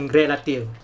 relative